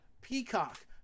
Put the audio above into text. Peacock